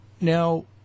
now